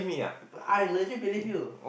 but I legit believe you